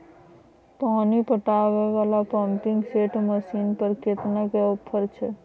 पानी पटावय वाला पंपिंग सेट मसीन पर केतना के ऑफर छैय?